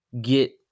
get